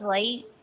late